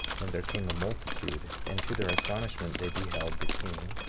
and there came a multitude, and to their astonishment they beheld the king,